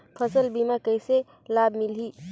फसल बीमा के कइसे लाभ मिलही?